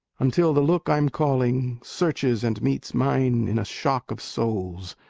until the look i'm calling searches and meets mine in a shock of souls,